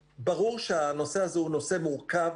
ברור, שהנושא הזה הוא נושא מורכב,